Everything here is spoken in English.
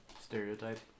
Stereotype